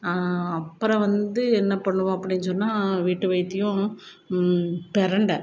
அப்புறம் வந்து என்ன பண்ணுவோம் அப்படின்னு சொன்னால் வீட்டு வைத்தியம் பிரண்ட